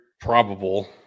probable